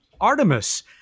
Artemis